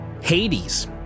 Hades